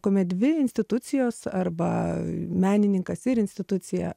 kuomet dvi institucijos arba menininkas ir institucija